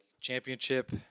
championship